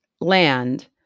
land